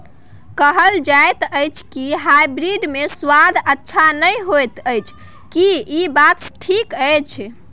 कहल जायत अछि की हाइब्रिड मे स्वाद अच्छा नही होयत अछि, की इ बात ठीक अछि?